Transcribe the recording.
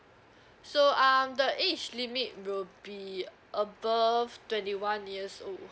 so um the age limit will be above twenty one years old